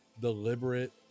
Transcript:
deliberate